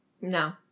No